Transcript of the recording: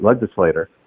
legislator